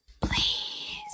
please